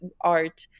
art